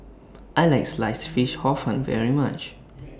I like Sliced Fish Hor Fun very much